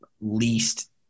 least